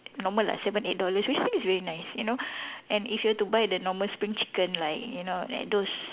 normal ah seven eight dollars which I think is really nice you know and if you were to buy the normal spring chicken like you know at those